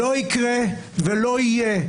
בוא נחליף את הציבור.